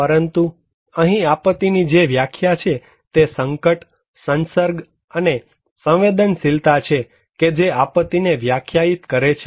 પરંતુ અહીં આપત્તિની જે વ્યાખ્યા છે તે સંકટ સંસર્ગ અને સંવેદનશીલતા છે કે જે આપત્તિ ને વ્યાખ્યાયિત કરે છે